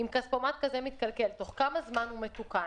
אם כספומט כזה מתקלקל תוך כמה זמן הוא מתוקן?